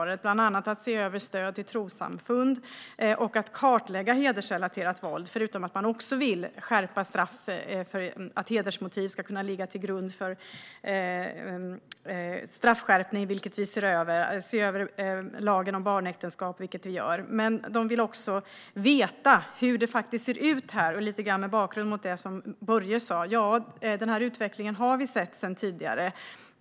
Det gäller bland annat att se över stöd till trossamfund och att kartlägga hedersrelaterat våld, förutom att man också vill att hedersmotiv ska ligga till grund för straffskärpning. Vi ser till exempel över lagen om barnäktenskap. Men man vill också veta hur det ser ut här. Mot bakgrund av det som Börje sa har vi sett den här utvecklingen sedan tidigare.